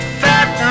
fat